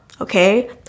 okay